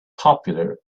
popular